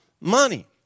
money